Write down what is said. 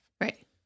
Right